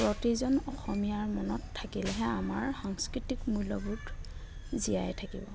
প্ৰতিজন অসমীয়াৰ মনত থাকিলেহে আমাৰ সাংস্কৃতিক মূল্যবোধ জীয়াই থাকিব